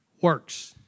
works